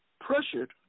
pressured